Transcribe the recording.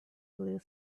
blue